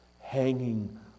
hanging